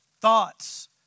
thoughts